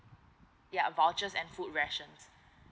ya vouchers and food ration